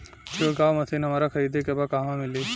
छिरकाव मशिन हमरा खरीदे के बा कहवा मिली?